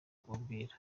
kukubwira